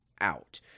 out